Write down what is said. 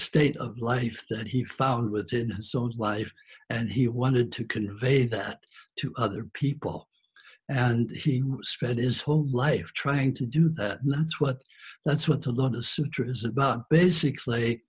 state of life that he found within his own life and he wanted to convey that to other people and he spent his whole life trying to do that now that's what that's what a lot of sutras about basic